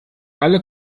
alle